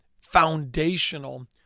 foundational